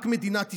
רק מדינת ישראל.